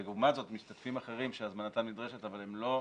ועל סמך הדבר הזה שוב,